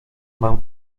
mam